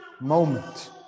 moment